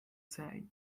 say